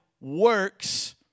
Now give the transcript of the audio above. works